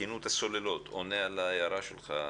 תקינות הסוללות עונה על ההערה שלך,